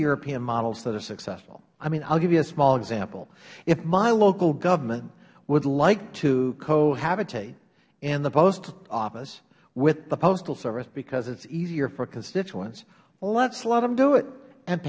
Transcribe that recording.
european models that are successful i will give you a small example if my local government would like to cohabitate in the post office with the postal service because it is easier for constituents lets let them do it and